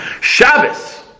Shabbos